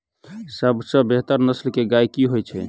सबसँ बेहतर नस्ल केँ गाय केँ होइ छै?